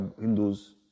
Hindus